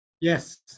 Yes